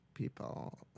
People